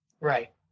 Right